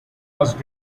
was